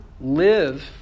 live